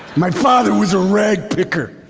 my father was a ragpicker,